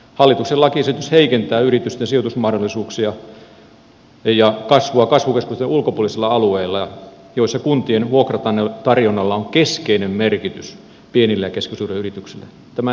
hallituksen lakiesitys heikentää yritysten sijoitusmahdollisuuksia ja kasvua kasvukeskusten ulkopuolisilla alueilla missä kuntien vuokratarjonnalla on keskeinen merkitys pienille ja keskisuurille yrityksille